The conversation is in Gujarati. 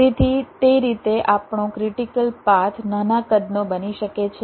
તેથી તે રીતે આપણો ક્રિટીકલ પાથ નાના કદનો બની શકે છે